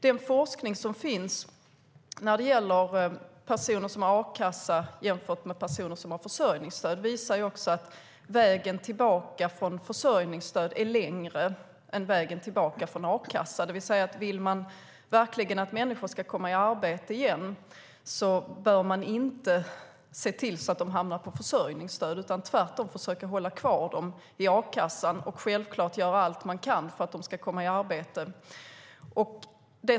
Den forskning som finns när det gäller personer som har a-kassa jämfört med personer som har försörjningsstöd visar att vägen tillbaka från försörjningsstöd är längre än vägen tillbaka från a-kassa. Vill man verkligen att människor ska komma i arbete igen bör man se till att de inte hamnar på försörjningsstöd. Tvärtom måste man försöka hålla kvar dem i a-kassa och självklart göra allt man kan för att de ska komma i arbete.